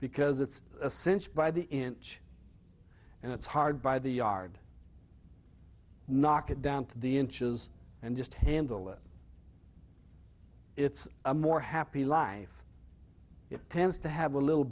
because it's a cinch by the inch and it's hard by the yard knock it down to the inches and just handle it it's a more happy life it tends to have a little